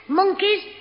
monkeys